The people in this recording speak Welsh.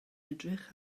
edrych